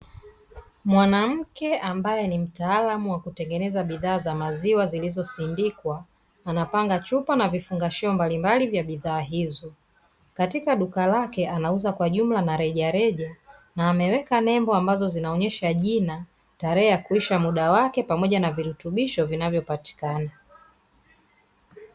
Mwanamke ambaye ni mtaalamu wa kutengeneza bidhaa za maziwa, zilizo sindikwa. Wanapanga chupa na vifungashio mbalimbali vya bidhaa hizo. Katika duka lake anauza kwa jumla na reja reja na ameweka nembo ambazo zinaonesha jina, tarehe ya kuisha muda wake, pamoja na virutubisho vinavyopatikana.